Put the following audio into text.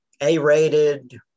A-rated